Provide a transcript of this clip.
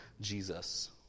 Jesus